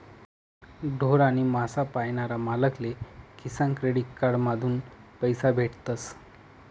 ढोर आणि मासा पायनारा मालक ले किसान क्रेडिट कार्ड माधून पैसा भेटतस